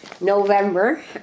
November